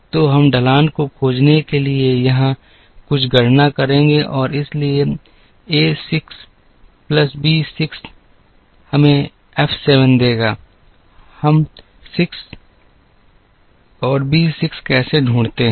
तो हम ढलान को खोजने के लिए यहां कुछ गणना करेंगे और इसलिए एक 6 प्लस बी 6 हमें एफ 7 देगा हम 6 और बी 6 कैसे ढूंढते हैं